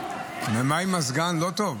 ומה עם הסגן, לא טוב?